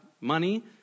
money